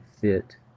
fit